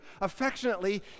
Affectionately